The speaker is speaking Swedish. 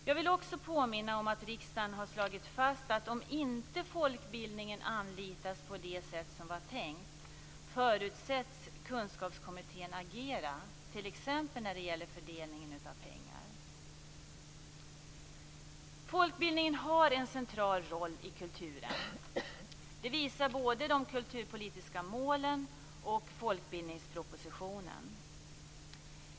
Jag vill också påminna om att riksdagen har slagit fast att om inte folkbildningen anlitas på det sätt som var tänkt förutsätts Kunskapskommittén agera t.ex. när det gäller fördelning av pengar. Folkbildningen har en central roll i kulturen. Detta visar både de kulturpolitiska målen och folkbildningspropositionen.